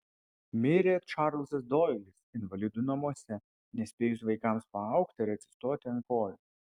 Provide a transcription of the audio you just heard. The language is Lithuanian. mirė čarlzas doilis invalidų namuose nespėjus vaikams paaugti ir atsistoti ant kojų